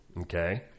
Okay